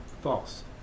False